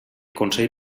consell